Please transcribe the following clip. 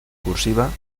cursiva